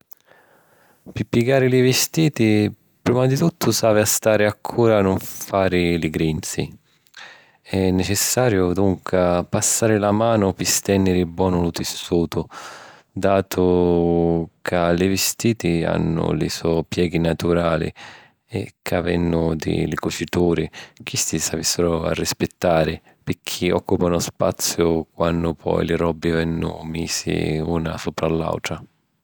Pi piegari li vistiti, prima di tuttu s’havi a stari accura a nun fari li grinzi. È necessariu, dunca, passari la manu pi stènniri bonu lu tissutu. Datu ca li vistiti hannu li so' pieghi naturali ca vennu di li cucituri, chisti s’avìssiru a rispittari, picchì òccupanu spaziu quannu poi li robbi vennu misi una supra a l’àutra.